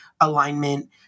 alignment